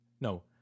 No